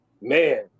Man